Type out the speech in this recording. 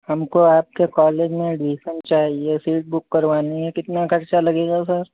हमको आपके कॉलेज में एडमिसन चाहिए थी बुक करवानी है कितना खर्चा लगेगा सर